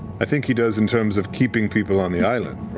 i think he does in terms of keeping people on the island,